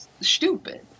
stupid